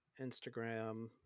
Instagram